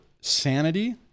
sanity